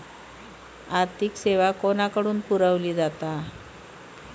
आर्थिक सेवा कोणाकडन पुरविली जाता?